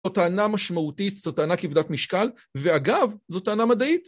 זו טענה משמעותית, זו טענה כבדת משקל, ואגב, זו טענה מדעית.